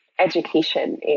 education